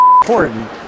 important